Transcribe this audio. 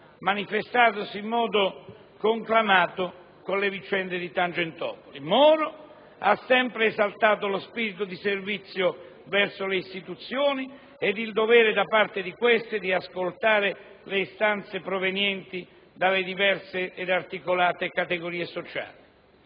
manifestatasi in modo conclamato con le vicende di Tangentopoli. Moro ha sempre esaltato lo spirito di servizio verso le istituzioni ed il dovere da parte di queste di ascoltare le istanze provenienti dalle diverse ed articolate categorie sociali.